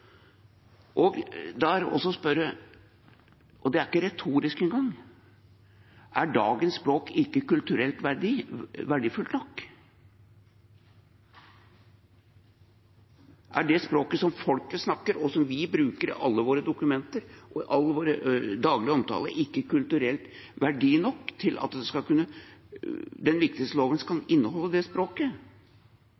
spør jeg – og det er ikke retorisk engang: Er dagens språk ikke kulturelt verdifullt nok? Er det språket som folket snakker, og som vi bruker i alle våre dokumenter, og i all vår daglige omtale, ikke av stor nok kulturell verdi til at den viktigste loven kan